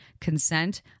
consent